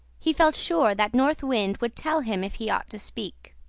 he felt sure that north wind would tell him if he ought to speak.